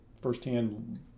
firsthand